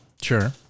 sure